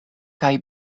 kaj